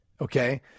Okay